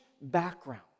background